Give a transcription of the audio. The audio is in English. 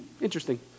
Interesting